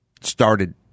started